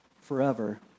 forever